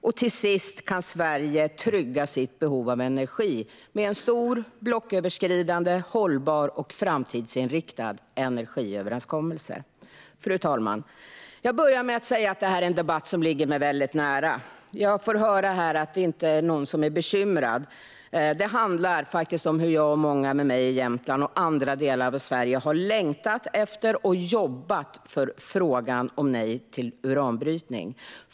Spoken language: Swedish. Och till sist kan Sverige trygga sitt behov av energi med en stor blocköverskridande, hållbar och framtidsinriktad energiöverenskommelse. Fru talman! Jag började med att säga att det här är en debatt som ligger mig väldigt nära. Jag har fått höra här att det inte är någon som är bekymrad. Men det handlar faktiskt om hur jag och många med mig i Jämtland och andra delar av Sverige har längtat efter och jobbat för frågan om ett nej till uranbrytning.